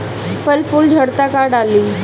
फल फूल झड़ता का डाली?